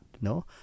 no